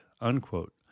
unquote